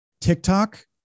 TikTok